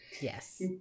Yes